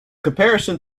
comparison